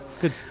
good